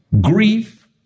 grief